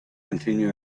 continue